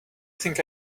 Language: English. think